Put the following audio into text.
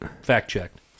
Fact-checked